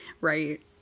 Right